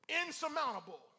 Insurmountable